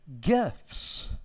gifts